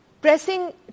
pressing